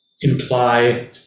imply